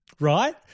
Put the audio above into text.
right